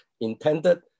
intended